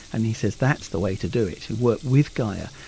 and he says that's the way to do it, you work with gaia.